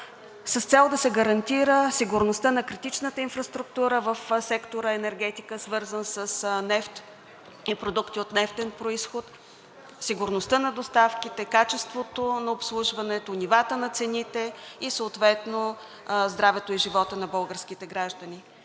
с цел да се гарантира сигурността на критичната инфраструктура в сектор „Енергетика“, свързан с нефта и продукти от нефтен произход, сигурността на доставките, качеството на обслужването, нивата на цените и съответно здравето и живота на българските граждани.